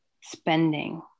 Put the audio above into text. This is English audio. spending